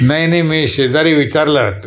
नाही नाही मी शेजारी विचारलं